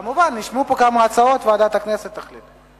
כמובן, נשמעו פה כמה הצעות, ועדת הכנסת תחליט.